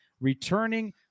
returning